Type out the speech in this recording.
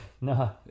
no